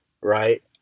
Right